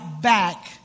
back